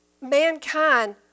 mankind